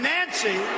Nancy